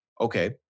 okay